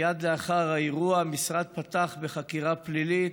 מייד לאחר האירוע המשרד פתח בחקירה פלילית.